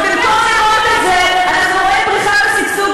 ובמקום לראות את זה אנחנו רואים פריחה ושגשוג